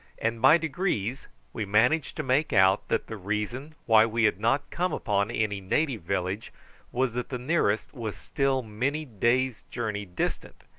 and by degrees we managed to make out that the reason why we had not come upon any native village was that the nearest was still many days' journey distant,